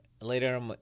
later